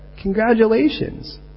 Congratulations